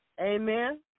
Amen